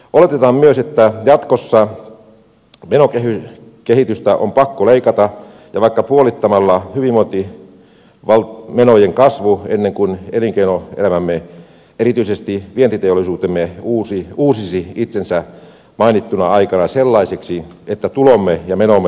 oletetaan myös että jatkossa menokehitystä on pakko leikata vaikka puolittamalla hyvinvointimenojen kasvu ennen kuin elinkeinoelämämme erityisesti vientiteollisuutemme uusisi itsensä mainittuna aikana sellaiseksi että tulomme ja menomme tasapainottuisivat